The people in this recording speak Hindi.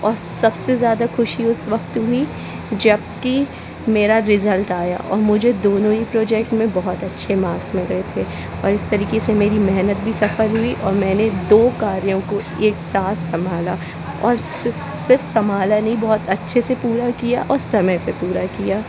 और सबसे ज़्यादा खुशी उस वक्त हुई जब कि मेरा रिज़ल्ट आया और मुझे दोनों ही प्रोजेक्ट में बहुत अच्छे मार्क्स मिले थे और इस तरीके से मेरी महनत भी सफल हुई और मैंने दो कार्यों को एक साथ संभाला और सिर्फ़ संभाला ही नहीं उसे बहुत अच्छे से पूरा किया और समय पे पूरा किया